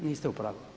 Niste u pravu.